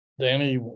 Danny